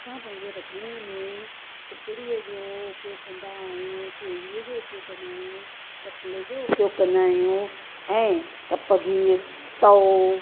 असां पंहिंजे रधिणे में सिपड़ीअ जो उपयोग कंदा आहियूं केवीअ जो उपयोग कंदा आहियूं बटले जो उपयोग कंदा आहियूं ऐं कपघीर तओ